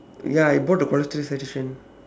ya I bought the collector's edition